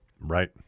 Right